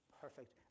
perfect